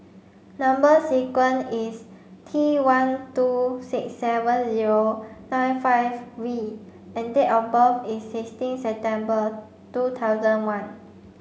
number sequence is T one two six seven zero nine five V and date of birth is sixteen September two thousand one